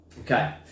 okay